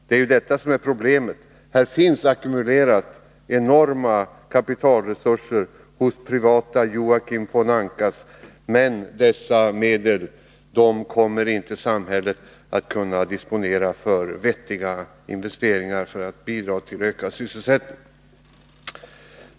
Det är ju detta som är problemet: Det finns ackumulerat enorma kapitalresurser hos privata herrar av typen Joakim von Anka, men dessa medel kommer samhället inte att kunna disponera för vettiga investeringar som kunde bidra till ökad sysselsättning.